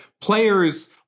players